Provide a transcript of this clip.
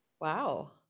Wow